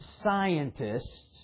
Scientists